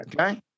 Okay